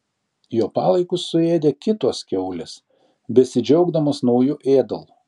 jo palaikus suėdė kitos kiaulės besidžiaugdamos nauju ėdalu